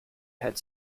had